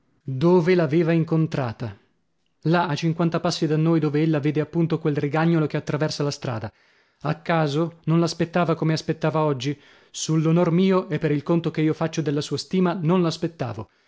dove l'aveva incontrata là a cinquanta passi da noi dove ella vede appunto quel rigagnolo che attraversa la strada a caso non l'aspettava come aspettava oggi sull'onor mio e per il conto che io faccio della sua stima non